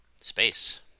space